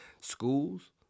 schools